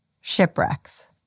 shipwrecks